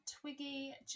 Twiggy